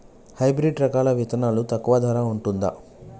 Hybrid రకాల విత్తనాలు తక్కువ ధర ఉంటుందా?